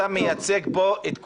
אתה מייצג כאן את כולנו.